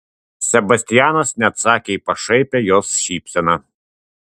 sebastianas neatsakė į pašaipią jos šypseną